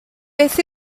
beth